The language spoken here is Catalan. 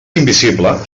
invisible